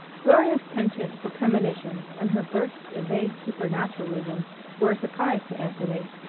gloria's penchant for premonitions and her bursts of vague supernaturalism were a surprise to anthony.